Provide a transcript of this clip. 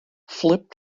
flip